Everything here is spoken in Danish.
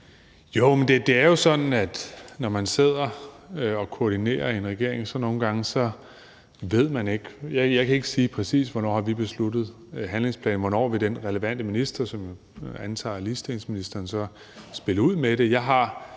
Bek): Det er jo sådan, at når man sidder og koordinerer i en regering, så ved man det nogle gange ikke; jeg kan ikke sige, præcis hvornår vi har besluttet handlingsplanen, og hvornår den relevante minister, som jeg antager er ligestillingsministeren, spillede ud med den.